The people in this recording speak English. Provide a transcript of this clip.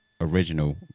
original